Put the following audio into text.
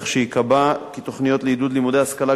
כך שייקבע שתוכניות לעידוד לימודי השכלה